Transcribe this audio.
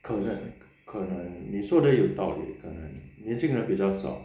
可能可能你说的有道理可能年轻人比较少